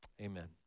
amen